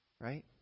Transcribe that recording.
Right